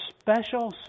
special